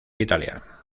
italia